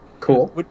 Cool